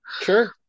sure